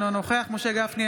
אינו נוכח משה גפני,